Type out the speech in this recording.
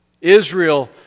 Israel